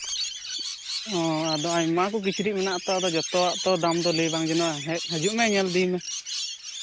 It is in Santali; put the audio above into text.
ᱚ ᱟᱫᱚ ᱟᱭᱢᱟ ᱚᱠᱚᱡ ᱠᱤᱪᱨᱤᱡ ᱢᱮᱱᱟᱜ ᱟᱛᱚ ᱫᱚᱛᱚᱣᱟᱜ ᱛᱚ ᱫᱟᱢ ᱞᱟᱹᱭ ᱵᱟᱝ ᱜᱟᱱᱚᱜᱼᱟ ᱦᱟᱹᱡᱩᱜ ᱢᱮ ᱧᱮᱞ ᱤᱫᱤᱭ ᱢᱮ